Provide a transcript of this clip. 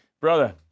Brother